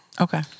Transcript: Okay